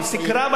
הוא מסיים.